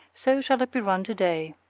so shall it be run today.